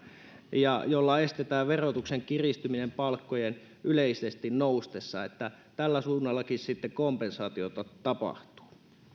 millä estetään verotuksen kiristyminen palkkojen yleisesti noustessa että tällä suunnallakin sitten kompensaatiota tapahtuu